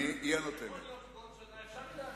יכול להיות שבעוד שנה אפשר יהיה להרחיב.